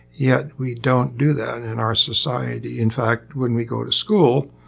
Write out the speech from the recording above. yet, we don't do that in our society. in fact when we go to school,